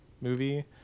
movie